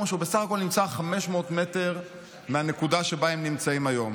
שנמצא בסך הכול 500 מטר מהנקודה שבה הם נמצאים היום.